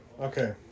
Okay